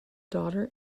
daughter